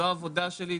זו העבודה שלי.